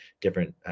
different